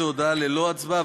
זו הודעה ללא הצבעה,